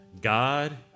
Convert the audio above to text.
God